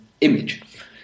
image